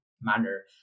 manner